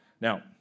Now